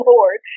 Lord